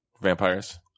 vampires